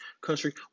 country